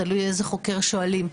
תלוי איזה חוקר שואלים,